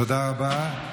תודה רבה.